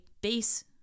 base